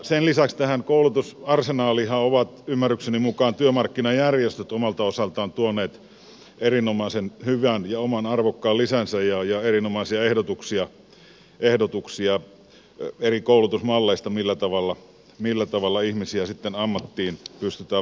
sen lisäksi tähän koulutusarsenaaliinhan ovat ymmärrykseni mukaan työmarkkinajärjestöt omalta osaltaan tuoneet erinomaisen hyvän ja oman arvokkaan lisänsä ja erinomaisia ehdotuksia eri koulutusmalleista millä tavalla ihmisiä sitten ammattiin pystytään valmistamaan